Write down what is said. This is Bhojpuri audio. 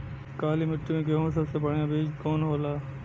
काली मिट्टी में गेहूँक सबसे बढ़िया बीज कवन होला?